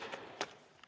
Kõik